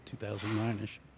2009-ish